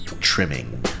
trimming